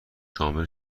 شامل